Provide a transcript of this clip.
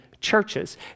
churches